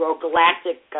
galactic